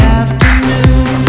afternoon